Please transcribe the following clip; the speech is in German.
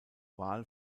wahl